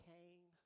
Cain